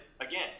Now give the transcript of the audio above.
again